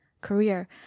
career